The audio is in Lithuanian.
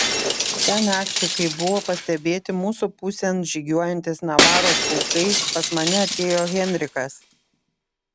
tą naktį kai buvo pastebėti mūsų pusėn žygiuojantys navaros pulkai pas mane atėjo henrikas